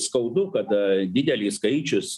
skaudu kada didelis skaičius